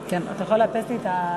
כן, אתה יכול לאפס לי את הלוח?